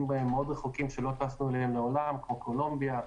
מאוד רחוקים שלא טסנו אליהם מעולם כמו קולומביה,